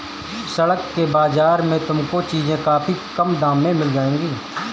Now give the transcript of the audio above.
सड़क के बाजार में तुमको चीजें काफी कम दाम में मिल जाएंगी